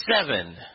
seven